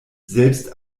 selbst